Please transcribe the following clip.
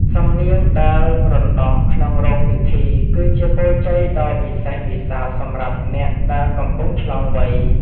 សំនៀងដែលរណ្ដំក្នុងរោងពិធី គឺជាពរជ័យដ៏វិសេសវិសាលសម្រាប់អ្នកដែលកំពុងឆ្លងវ័យ។